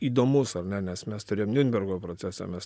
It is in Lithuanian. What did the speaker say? įdomus ar ne nes mes turėjom niurnbergo procesą mes